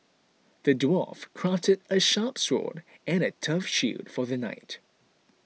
the dwarf crafted a sharp sword and a tough shield for the knight